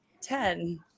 ten